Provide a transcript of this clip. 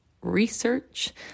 Research